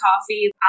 coffee